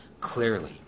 clearly